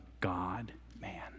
God-man